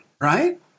right